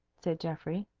said geoffrey.